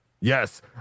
Yes